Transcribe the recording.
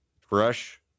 fresh